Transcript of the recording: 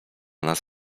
nas